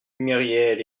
myriel